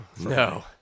No